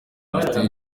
minisiteri